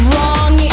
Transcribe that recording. Wrong